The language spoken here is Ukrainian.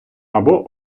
або